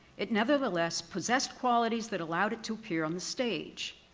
it nevertheless possessed qualities that allowed it to appear on the stage.